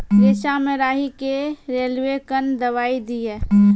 रेचा मे राही के रेलवे कन दवाई दीय?